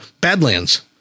Badlands